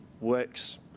works